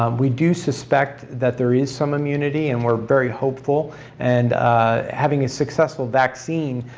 um we do suspect that there is some immunity and we're very hopeful and having a successful vaccine,